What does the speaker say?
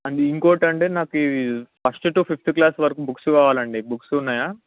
and ఇంకోటి అండి నాకు ఇవి ఫస్ట్ టు ఫిఫ్త్ క్లాస్ వరకు బుక్స్ కావాలి అండి బుక్స్ ఉన్నాయా